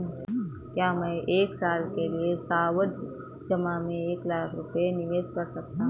क्या मैं एक साल के लिए सावधि जमा में एक लाख रुपये निवेश कर सकता हूँ?